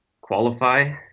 qualify